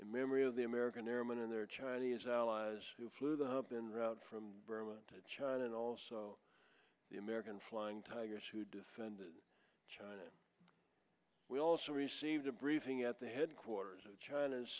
in memory of the american airman and their chinese allies who flew the hub in route from burma to china and also the american flying tigers who defended china we also received a briefing at the headquarters of china's